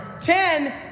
ten